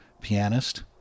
pianist